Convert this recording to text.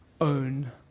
own